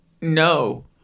No